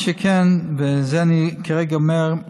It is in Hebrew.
מה שכן, ואת זה אני כרגע אומר,